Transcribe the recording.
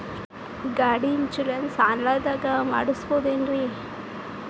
ಗಾಡಿ insurance online ದಾಗ ಮಾಡಸ್ಬಹುದೆನ್ರಿ?